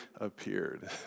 appeared